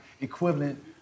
equivalent